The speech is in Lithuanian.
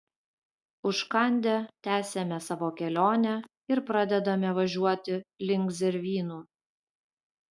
užkandę tęsiame savo kelionę ir pradedame važiuoti link zervynų